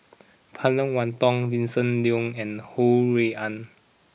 Phan Wait Hong Vincent Leow and Ho Rui An